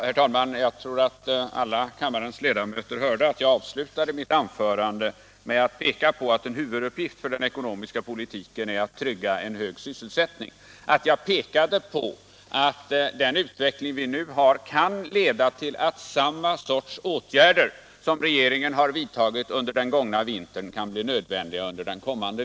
Herr talman! Alla kammarens ledamöter hörde säkert att jag avslutade mitt tidigare anförande med att peka på att en huvuduppgift för den ekonomiska politiken är att trygga en hög sysselsättning. Jag pekade också på att den utveckling vi nu har kan leda till att samma sorts åtgärder som regeringen har vidtagit under den gångna vintern också kan bli nödvändiga under den kommande.